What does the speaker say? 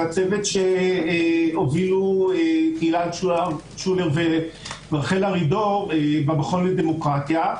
זה הצוות שהובילו תהילה אלטשולר ורחל ארידור במכון לדמוקרטיה.